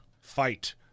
fight